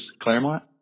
Claremont